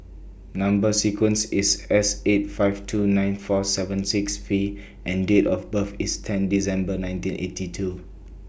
Number sequence IS S eight five two nine four seven six V and Date of birth IS ten December nineteen eighty two